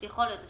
יכול להיות.